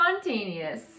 spontaneous